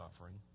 offering